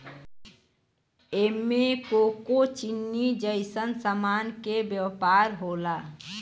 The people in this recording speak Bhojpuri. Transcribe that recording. एमे कोको चीनी जइसन सामान के व्यापार होला